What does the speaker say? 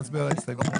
נצביע על ההסתייגות.